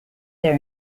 their